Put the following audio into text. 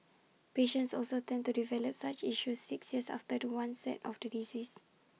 patients also tend to develop such issues six years after The One set of the disease